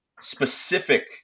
specific